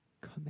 come